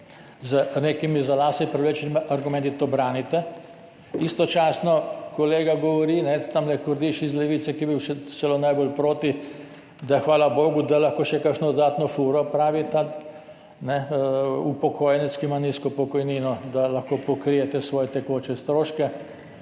z nekimi za lase privlečenimi argumenti to branite. Istočasno kolega govori, tamle Kordiš iz Levice, ki je bil še celo najbolj proti, da hvala bogu, da lahko še kakšno dodatno furo opravi ta upokojenec, ki ima nizko pokojnino, da lahko pokrije te svoje tekoče stroške,